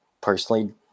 personally